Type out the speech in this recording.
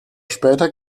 später